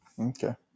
Okay